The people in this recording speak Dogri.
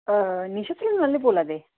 निशू सलून आह्ले बोल्ला दे